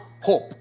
hope